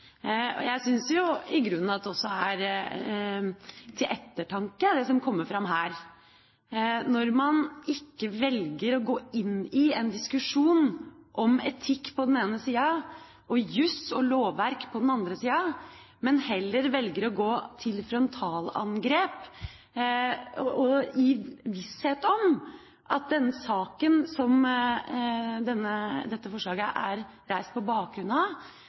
Jeg syns i grunnen at det som har kommet fram her, er til ettertanke. Når man ikke velger å gå inn i en diskusjon om etikk på den ene sida og jus og lovverk på den andre sida, men heller velger å gå til frontalangrep i visshet om at det i den saken som dette forslaget er reist på bakgrunn av,